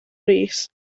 rees